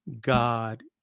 God